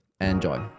Enjoy